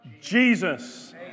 Jesus